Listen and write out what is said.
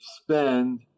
spend